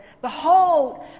behold